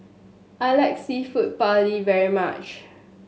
I like Seafood Paella very much